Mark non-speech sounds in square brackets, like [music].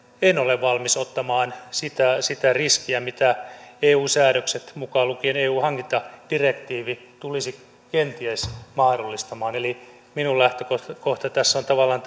en ole valmis ottamaan sitä sitä riskiä mitä eu säädökset mukaan lukien eu hankintadirektiivi tulisivat kenties mahdollistamaan eli minun lähtökohtani tässä on tavallaan [unintelligible]